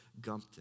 Gumpton